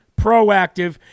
proactive